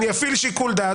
אני אפעיל שיקול דעת.